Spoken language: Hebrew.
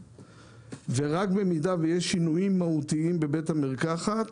ורק אם יש שינויים מהותיים בבית המרקחת